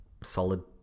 solid